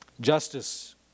Justice